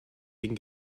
den